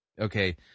okay